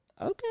Okay